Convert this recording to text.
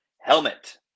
helmet